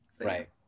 Right